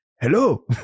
Hello